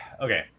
Okay